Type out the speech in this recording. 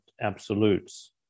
absolutes